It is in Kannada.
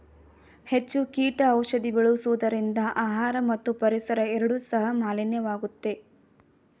ಹೆಚ್ಚು ಕೀಟ ಔಷಧಿ ಬಳಸುವುದರಿಂದ ಆಹಾರ ಮತ್ತು ಪರಿಸರ ಎರಡು ಸಹ ಮಾಲಿನ್ಯವಾಗುತ್ತೆ